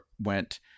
went